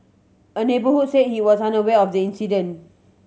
a neighbourhood say he was unaware of the incident